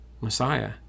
Messiah